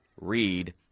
read